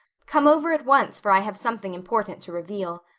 come over at once for i have something important to reveal.